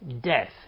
death